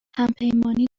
همپیمانی